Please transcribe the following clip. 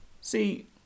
See